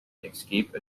escape